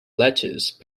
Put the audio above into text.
lettuce